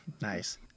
Nice